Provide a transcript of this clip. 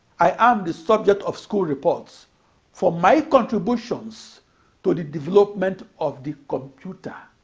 i am the subject of school reports for my contributions to the development of the computer.